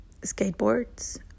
skateboards